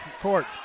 court